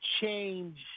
change